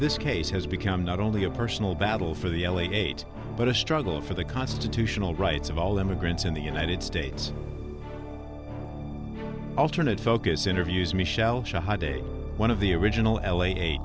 this case has become not only a personal battle for the l e eight but a struggle for the constitutional rights of all immigrants in the united states alternate focus interviews michelle shanghai day one of the original l a